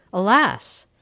alas!